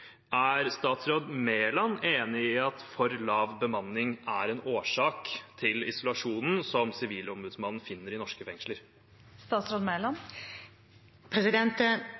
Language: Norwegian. Er statsråd Mæland enig i at for lav bemanning er en årsak til isolasjonen som Sivilombudsmannen finner i norske fengsler?